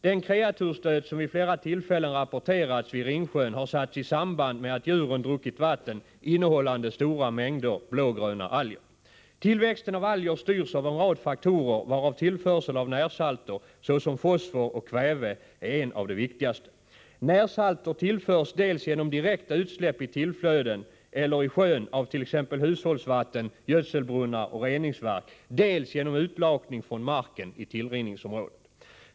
Den kreatursdöd som vid flera tillfällen har rapporterats vid Ringsjön har satts i samband med att djuren druckit vatten, innehållande stora mängder blågröna alger. Tillväxten av alger styrs av en rad faktorer, varav tillförsel av närsalter såsom fosfor och kväve är en av de viktigaste. Närsalter tillförs dels genom direkta utsläpp i tillflöden eller i sjön av t.ex. hushållsvatten, gödselbrunnar och reningsverk, dels genom utlakning från marken i tillrinningsområdet.